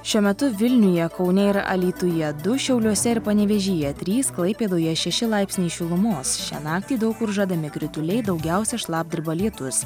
šiuo metu vilniuje kaune ir alytuje du šiauliuose ir panevėžyje trys klaipėdoje šeši laipsniai šilumos šią naktį daug kur žadami krituliai daugiausia šlapdriba lietus